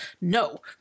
No